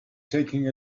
taking